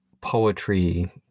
poetry